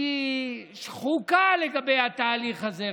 היא שחוקה לגבי התהליך הזה.